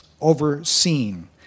overseen